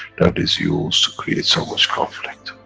that is used to create so much conflict,